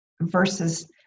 versus